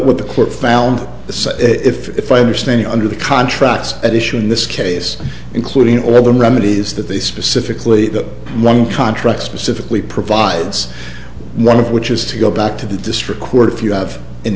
found the if if i understand under the contracts at issue in this case including or when remedies that they specifically one contract specifically provides one of which is to go back to the district court if you have an